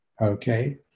Okay